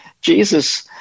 Jesus